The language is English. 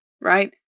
right